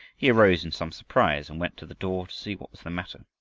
he arose in some surprise and went to the door to see what was the matter.